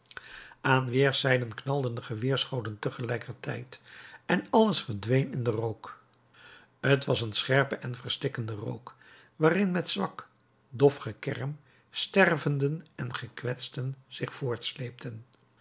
aan weerszijden knalden de geweerschoten tegelijkertijd en alles verdween in den rook t was een scherpe en verstikkende rook waarin met zwak dof gekerm stervenden en gekwetsten zich